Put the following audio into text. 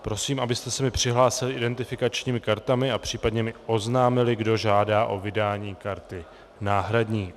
Prosím, abyste se mi přihlásili identifikačními kartami a případně mi oznámili, kdo žádá o vydání karty náhradní.